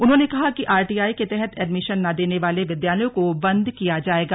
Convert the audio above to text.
उन्होंने कहा कि आरटीई के तहत एडमिशन न देने वाले विद्यालयों को बन्द किया जाएगा